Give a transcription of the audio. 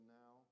now